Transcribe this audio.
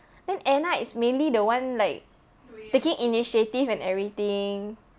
then anna is mainly the one like taking initiative and everything